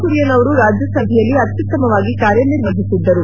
ಕುರಿಯನ್ ಅವರು ರಾಜ್ಯಸಭೆಯಲ್ಲಿ ಅತ್ತುತ್ತಮವಾಗಿ ಕಾರ್ಯನಿರ್ವಹಿಸಿದ್ದರು